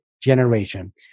generation